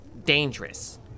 dangerous